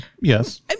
yes